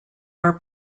are